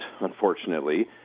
unfortunately